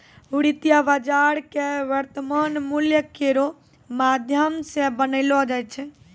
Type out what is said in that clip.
वित्तीय बाजार क वर्तमान मूल्य केरो माध्यम सें बनैलो जाय छै